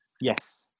Yes